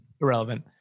Irrelevant